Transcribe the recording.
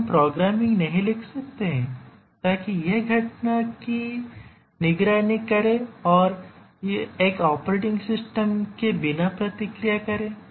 क्या हम प्रोग्रामिंग नहीं लिख सकते हैं ताकि यह घटना की निगरानी करे और एक ऑपरेटिंग सिस्टम के बिना प्रतिक्रिया करे